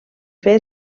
fer